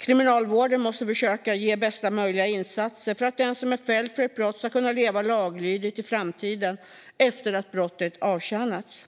Kriminalvården måste försöka ge bästa möjliga insatser för att den som är fälld för ett brott ska kunna leva laglydigt i framtiden efter att straffet avtjänats.